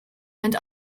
and